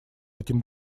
этим